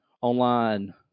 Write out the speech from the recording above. online